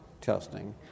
testing